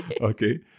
Okay